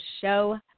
show